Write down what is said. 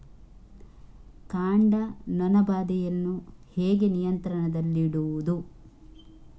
ಕಾಂಡ ನೊಣ ಬಾಧೆಯನ್ನು ಹೇಗೆ ನಿಯಂತ್ರಣದಲ್ಲಿಡುವುದು?